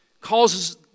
causes